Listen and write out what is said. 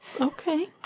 Okay